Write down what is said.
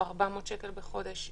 או 400 שקל בחודש,